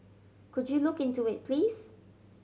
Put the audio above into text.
could you look into it please